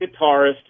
guitarist